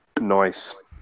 Nice